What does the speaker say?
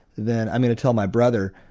then i'm going to tell my brother,